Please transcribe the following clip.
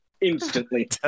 Instantly